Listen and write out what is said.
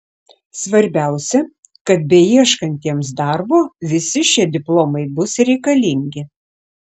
svarbiausia kad beieškantiems darbo visi šie diplomai bus reikalingi